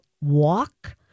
walk